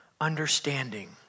understanding